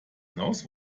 hinaus